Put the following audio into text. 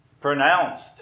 pronounced